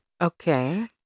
Okay